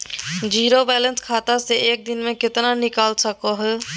Zero balance खाता से एक दिन में कितना निकाल सको है?